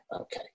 okay